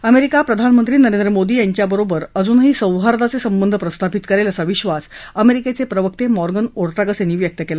America प्रधानमंत्री नरेंद्र मोदी यांच्याबरोबर अजून सौहार्दाचे संबंध प्रस्थापित करेल असा विधास अमेरिकेचे प्रवक्ता मॉर्गन ओर्टागस यांनी व्यक्त केला